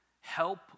Help